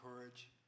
courage